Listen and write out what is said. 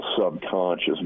subconscious